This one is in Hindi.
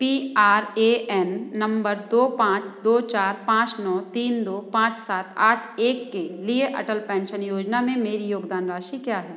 P R A N number दो पाँच दो चार पाँच नौ तीन दो पाँच सात आठ एक के लिए अटल पेंशन योजना में मेरी योगदान राशि क्या है